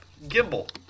Gimbal